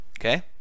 Okay